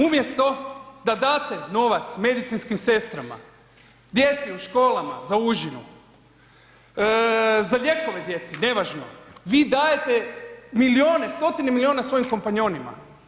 Umjesto da date novac medicinskim sestrama, djeci u školama za užinu, za lijekove djeci, nevažno, vi dajete milijune, stotine milijuna svojim kompanjonima.